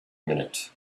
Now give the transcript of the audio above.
minute